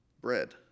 bread